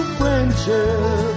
friendship